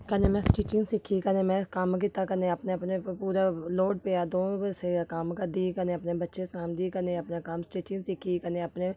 कन्नै में स्टिंचिंग सिक्खी कन्नै में कम्म कीता कन्नै अपने अपने उप्पर पूरा लोड पेआ द'ऊं पास्सें दा कम्म करदी ही कन्नै अपने बच्चे सांभदी ही कन्नै अपना कम्म स्टिचिंग सिक्खी कनै अपने